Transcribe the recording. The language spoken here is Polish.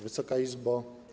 Wysoka Izbo!